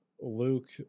Luke